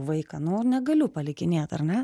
vaiką nu negaliu palikinėt ar ne